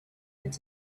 and